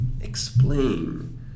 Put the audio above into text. explain